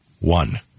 one